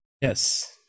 yes